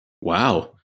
Wow